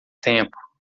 tempo